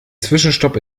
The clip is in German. zwischenstopp